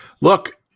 look